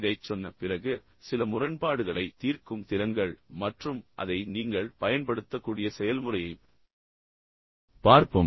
இதைச் சொன்ன பிறகு சில முரண்பாடுகளைத் தீர்க்கும் திறன்கள் மற்றும் அதை நீங்கள் பயன்படுத்தக்கூடிய செயல்முறையைப் பார்ப்போம்